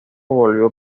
volvió